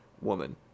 woman